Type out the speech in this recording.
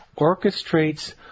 orchestrates